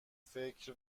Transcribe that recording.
فکر